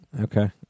Okay